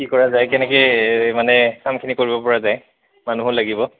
কি কৰা যায় কেনেকৈ মানে কামখিনি কৰিব পৰা যায় মানুহো লাগিব